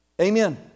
Amen